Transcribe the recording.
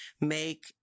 make